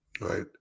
Right